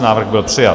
Návrh byl přijat.